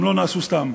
הוא לא נעשה סתם,